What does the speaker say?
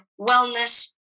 wellness